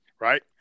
right